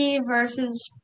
versus